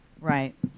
Right